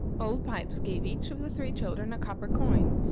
old pipes gave each of the three children a copper coin,